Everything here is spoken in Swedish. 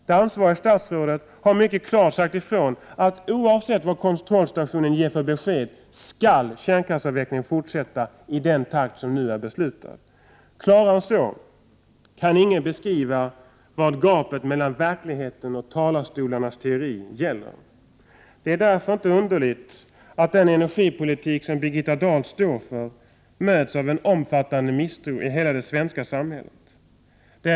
Det ansvariga statsrådet har mycket klart sagt ifrån att oavsett vad kontrollstationen ger för besked skall kärnkraftsavvecklingen fortsätta i den takt som nu är beslutad. Klarare än så kan ingen beskriva vad gapet mellan verkligheten och talarstolarnas teori gäller. Det är därför inte underligt att den energipolitik som Birgitta Dahl står för möts av en omfattande misstro i hela det svenska samhället.